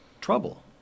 trouble